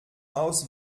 aus